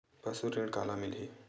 पशु ऋण काला मिलही?